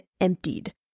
emptied